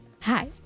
Hi